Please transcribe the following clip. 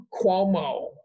Cuomo